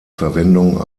verwendung